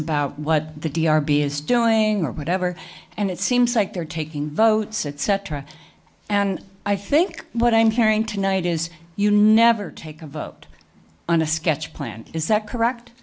about what the d r p is telling or whatever and it seems like they're taking votes at cetera and i think what i'm hearing tonight is you never take a vote on a sketch plan is that correct